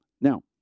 Now